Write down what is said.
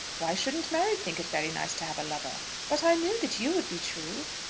why shouldn't mary think it very nice to have a lover? but i knew that you would be true.